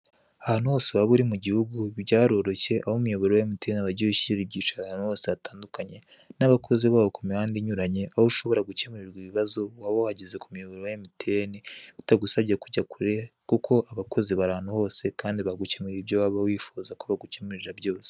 Ahantu hose waba uri mu gihugu byaroroshye aho umuyoboro wa emutiyeni wagiye ushyiraho ikicaro ahantu hose hatandukanye, n'abakozi babo ku mihanda inyuranye, aho ushobora gukemurirwa ibibazo waba wagize ku muyoboro wa emutiyeni bitagusabye kujya kure kuko abakozi bari ahantu hose kandi bagukemurira ibyo waba wifuza ko bagukemurira byose.